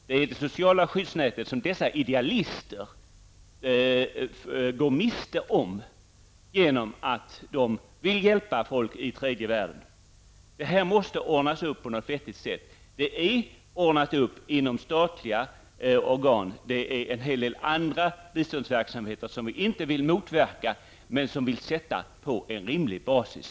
Dessa idealister går miste om skyddsnätet genom att de vill hjälpa folk i tredje världen. Det här måste ordnas upp på något vettigt sätt. Det här har ordnats upp inom statliga organ. Men det finns en hel rad andra biståndsverksamheter som vi inte vill motverka, men som vi vill skall utgå från en rimlig basis.